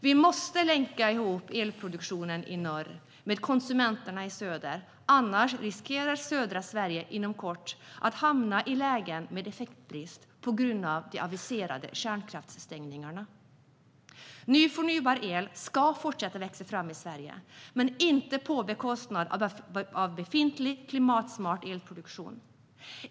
Vi måste länka ihop elproduktionen i norr med konsumenterna i söder. Annars riskerar södra Sverige inom kort att hamna i lägen med effektbrist på grund av de aviserade kärnkraftsstängningarna. Ny förnybar el ska fortsätta att växa fram i Sverige men inte på bekostnad av befintlig klimatsmart elproduktion.